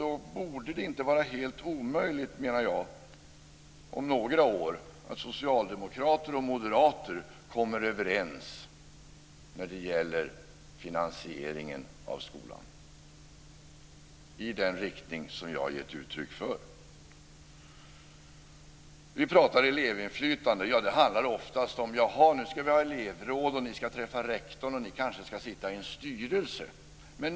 Då borde det inte var helt omöjligt, menar jag, att moderater och socialdemokrater om några år kommer överens när det gäller finansieringen av skolan i den riktning som jag har gett uttryck för. Vi talar om elevinflytande. Det handlar oftast om att man ska ha elevråd och träffa rektorn och kanske ingå i en styrelse.